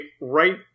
right